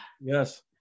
Yes